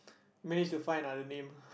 manage to find another name